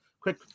quick